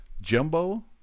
Jumbo